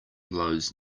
blows